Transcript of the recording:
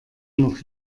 noch